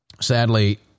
Sadly